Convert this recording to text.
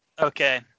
okay